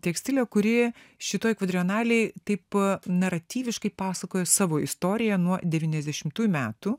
tekstilę kuri šitoj kvadrenalėj taip naratyviškai pasakojo savo istoriją nuo devyniasdešimtųjų metų